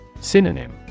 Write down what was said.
Synonym